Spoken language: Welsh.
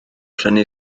prynu